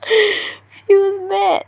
feels bad